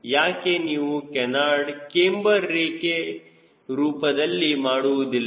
ಯಾಕೆ ನೀವು canard camber ರೆಕ್ಕೆ ರೂಪದಲ್ಲಿ ಮಾಡುವುದಿಲ್ಲ